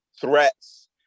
threats